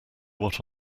what